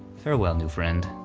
farewell new friend.